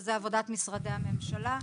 שזה עבודת משרדי הממשלה.